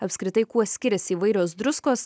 apskritai kuo skiriasi įvairios druskos